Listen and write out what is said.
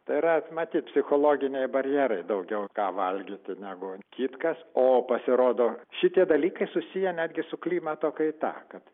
tai yra matyt psichologiniai barjerai daugiau ką valgyti negu kitkas o pasirodo šitie dalykai susiję netgi su klimato kaita kad